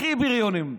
הכי בריונים.